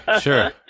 sure